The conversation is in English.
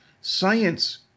Science